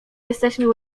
jesteśmy